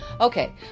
Okay